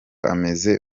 amezi